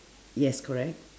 yes correct